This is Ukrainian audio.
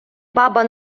баба